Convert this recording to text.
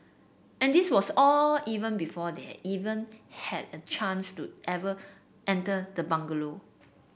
and this was all even before they even had the chance to every enter the bungalow